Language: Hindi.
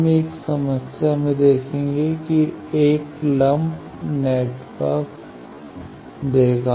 हम एक समस्या में देखेंगे कि एक लंपड नेटवर्क देगा